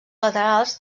laterals